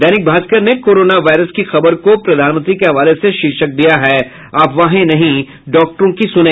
दैनिक भास्कर ने corona virus की खबर को प्रधानमंत्री के हवाले से शीर्षक दिया है अफवाहें नहीं डॉक्टरों की सुने